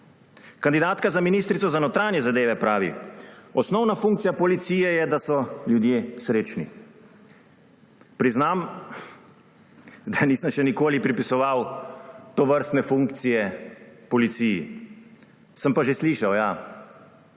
Kandidatka za ministrico za notranje zadeve pravi: »Osnovna funkcija policije je, da so ljudje srečni.« Priznam, da nisem še nikoli pripisoval tovrstne funkcije policiji. Sem pa že slišal, ja,